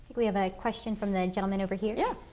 we have a question from the gentleman over here. yeah.